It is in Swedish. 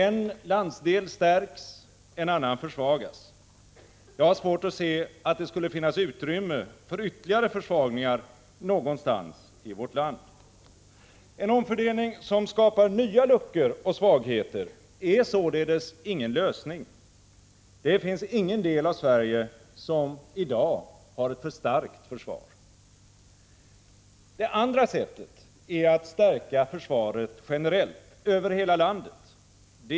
En landsdel stärks, en annan försvagas. Jag har svårt att se att det skulle finnas utrymme för ytterligare försvagningar någonstans i vårt land. En omfördelning som skapar nya luckor och svagheter är således ingen lösning. Det finns ingen del av Sverige som i dag har ett för starkt försvar. Det andra sättet är att stärka försvaret generellt över hela landet.